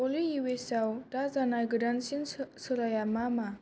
अली इउ एस आव दा जानाय गोदानसिन सोलाया मा मा